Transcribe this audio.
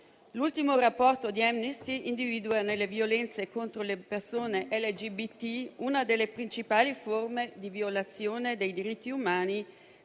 L'ultimo rapporto di Amnesty individua nelle violenze contro le persone LGBT una delle principali forme di violazione dei diritti umani,